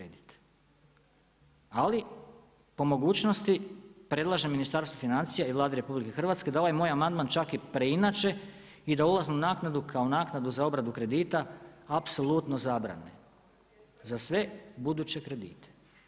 Ali, po mogućnosti, predlažem Ministarstvu financija i Vladi RH, da ovaj moj amandman čak i preinače i da ulaznu naknadu kao naknadu za obradu kredita, apsolutno zabrane za sve buduće kredite.